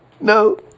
No